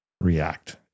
react